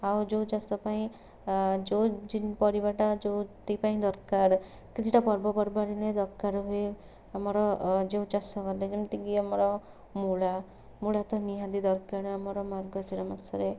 ଆଉ ଯେଉଁ ଚାଷ ପାଇଁ ଆଁ ଯେଉଁ ଜି ପରିବାଟା ଯେଉଁଥି ପାଇଁ ଦରକାର କିଛିଟା ପର୍ବପର୍ବାଣୀରେ ଦରକାର ହୁଏ ଆମର ଅଁ ଯେଉଁ ଚାଷ କଲେ ଯେମିତିକି ଆମର ମୂଳା ମୂଳା ତ ନିହାତି ଦରକାର ଆମର ମାର୍ଗଶୀର ମାସରେ